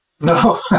No